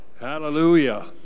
Hallelujah